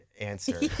answer